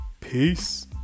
Peace